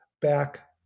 back